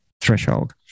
threshold